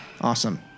awesome